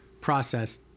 process